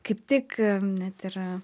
kaip tik net ir